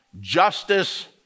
justice